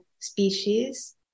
Species